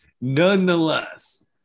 nonetheless